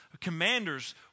commanders